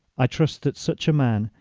i trust that such a man,